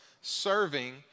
serving